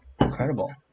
incredible